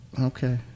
okay